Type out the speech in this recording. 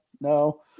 no